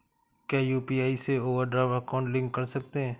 क्या यू.पी.आई से overdraft account link कर सकते हैं?